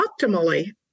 optimally